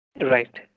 Right